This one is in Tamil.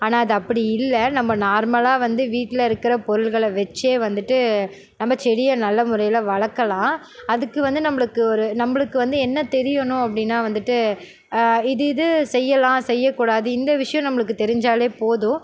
ஆனால் அது அப்படி இல்லை நம்ம நார்மலாக வந்து வீட்டில இருக்கிற பொருள்களை வச்சே வந்துட்டு நம்ம செடியை நல்ல முறையில் வளர்க்கலாம் அதுக்கு வந்து நம்மளுக்கு ஒரு நம்மளுக்கு வந்து என்ன தெரியணும் அப்படின்னா வந்துட்டு இது இது செய்யலாம் செய்யக்கூடாது இந்த விஷயம் நம்மளுக்கு தெரிஞ்சாலே போதும்